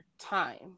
time